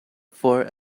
for